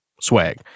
swag